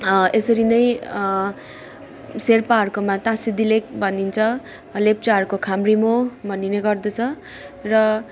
यसरी नै सेर्पाहरूकोमा टासीदिले भनिन्छ लेप्चाहरूको खाम्रीमो भनिने गर्दछ र